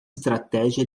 estratégia